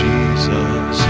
Jesus